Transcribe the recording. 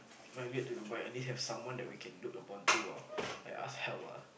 migrate to Dubai at least have someone that we can look upon to like ask help ah